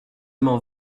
m’en